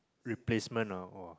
replacement ah